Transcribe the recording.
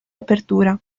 apertura